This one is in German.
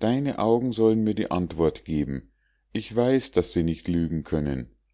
deine augen sollen mir die antwort geben ich weiß daß sie nicht lügen können